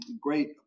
great